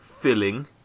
filling